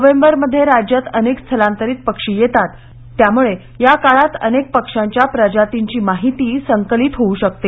नोव्हेंबरमध्ये राज्यात अनेक स्थलांतरित पक्षी येतात त्यामुळे या काळात अनेक पक्षांच्या प्रजातीची माहिती संकलित होऊ शकते